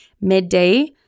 Midday